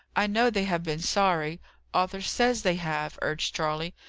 i know they have been sorry arthur says they have, urged charley.